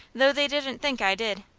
though they didn't think i did.